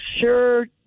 sure